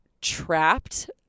trapped